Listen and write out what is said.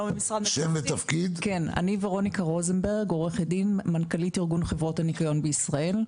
אני עו"ד, מנכ"לית חברות הניקיון בישראל.